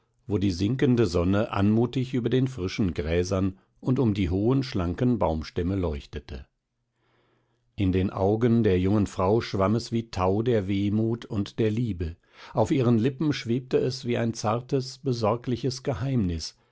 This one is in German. wo die sinkende sonne anmutig über den frischen gräsern und um die hohen schlanken baumstämme leuchtete in den augen der jungen frau schwamm es wie tau der wehmut und der liebe auf ihren lippen schwebte es wie ein zartes besorgliches geheimnis